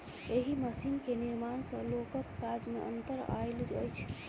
एहि मशीन के निर्माण सॅ लोकक काज मे अन्तर आयल अछि